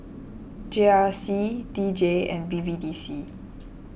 G R C D J and B B D C